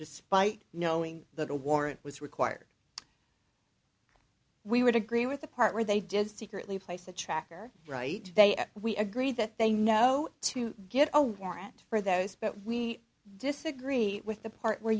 despite knowing that a warrant was required we would agree with the part where they did secretly place a tracker right they we agree that they know to get a warrant for those but we disagree with the part where